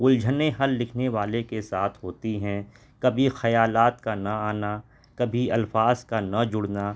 الجھنے حل لکھنے والے کے ساتھ ہوتی ہیں کبھی خیالات کا نہ آنا کبھی الفاظ کا نہ جڑنا